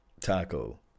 Taco